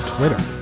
Twitter